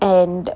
and